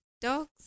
dog's